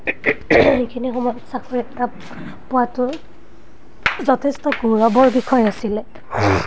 সেইখিনি সময়ত চাকৰি এটা পোৱাটো যথেষ্ট গৌৰৱৰ বিষয় আছিলে